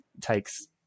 takes